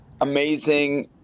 amazing